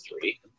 three